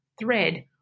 thread